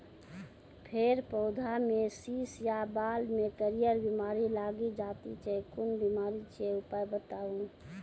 फेर पौधामें शीश या बाल मे करियर बिमारी लागि जाति छै कून बिमारी छियै, उपाय बताऊ?